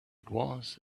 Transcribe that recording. was